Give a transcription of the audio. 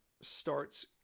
starts